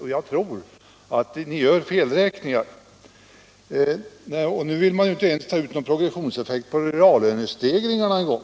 Och jag tror att ni har gjort felräkningar! Nu vill man inte ens ta ut någon progressionseffekt på reallöneökningar.